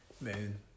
Man